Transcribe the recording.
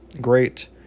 great